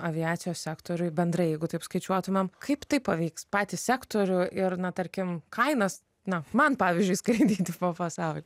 aviacijos sektoriuj bendrai jeigu taip skaičiuotumėm kaip tai paveiks patį sektorių ir na tarkim kainas na man pavyzdžiui skraidyti po pasau